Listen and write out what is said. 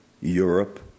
Europe